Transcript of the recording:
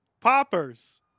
Poppers